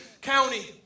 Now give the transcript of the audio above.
County